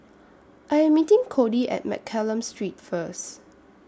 I Am meeting Codi At Mccallum Street First